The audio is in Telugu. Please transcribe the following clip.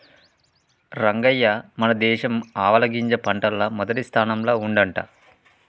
రంగయ్య మన దేశం ఆవాలగింజ పంటల్ల మొదటి స్థానంల ఉండంట